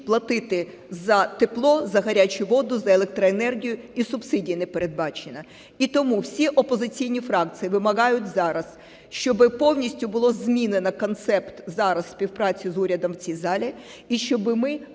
платити за тепло, за гарячу воду, за електроенергію, і субсидій не передбачено. І тому всі опозиційні фракції вимагають зараз, щоб повністю було змінено концепт зараз співпраці з урядом у цій залі і щоб ми